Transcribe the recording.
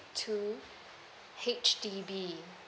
two H_D_B